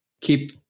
keep